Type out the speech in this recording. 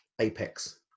apex